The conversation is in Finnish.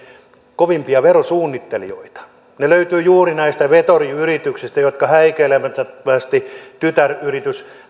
kovimpia verosuunnittelijoita ne löytyvät juuri näistä veturiyrityksistä jotka häikäilemättömästi tytäryritysten